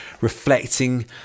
reflecting